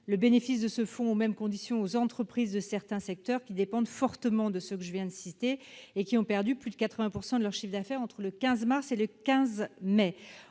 le bénéfice de ce fonds, aux mêmes conditions, aux entreprises de certains secteurs qui dépendent fortement de ceux que je viens de citer et qui ont perdu plus de 80 % de leur chiffre d'affaires entre le 15 mars et le 15 mai